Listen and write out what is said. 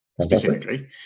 specifically